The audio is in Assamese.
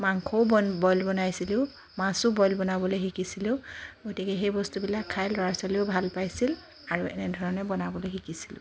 মাংসও বইল বইল বনাইছিলোঁ মাছো বইল বনাবলৈ শিকিছিলোঁ গতিকে সেই বস্তুবিলাক খাই ল'ৰা ছোৱালীয়েও ভাল পাইছিল আৰু এনেধৰণে বনাবলৈ শিকিছিলোঁ